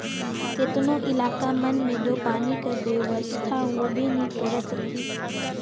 केतनो इलाका मन मे दो पानी कर बेवस्था होबे नी करत रहिस